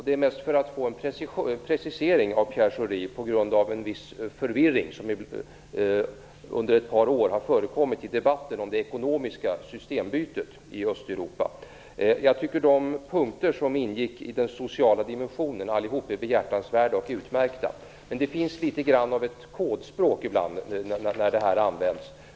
Det är mest för att få en precisering av Pierre Schori på grund av en viss förvirring som har förekommit under ett par år i debatten om det ekonomiska systembytet i Östeuropa. Jag tycker de punkter som ingick i den sociala dimensionen är behjärtansvärda och utmärkta allihop. Men det finns litet av ett kodspråk ibland när detta används.